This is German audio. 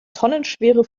tonnenschwere